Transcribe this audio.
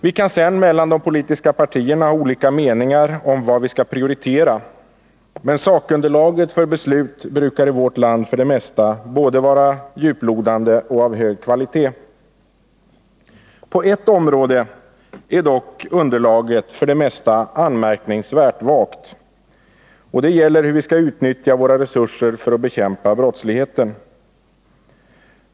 Vi kan sedan inom de olika partierna ha olika meningar om vad vi skall prioritera, men sakunderlaget för beslut brukar i vårt land för det mesta vara både djuplodande och av hög kvalitet. På ett område är dock underlaget för det mesta anmärkningsvärt vagt. Det gäller hur vi skall utnyttja våra resurser för att bekämpa brottsligheten.